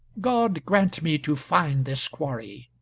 god grant me to find this quarry.